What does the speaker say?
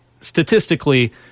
statistically